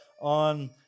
on